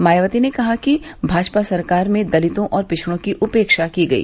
मायावती ने कहा कि भाजपा सरकार में दलितों और पिछड़ों की उपेक्षा की गई